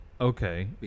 Okay